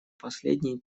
последние